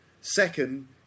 Second